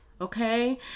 Okay